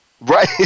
Right